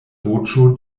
voĉo